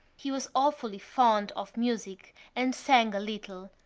he was awfully fond of music and sang a little.